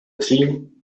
team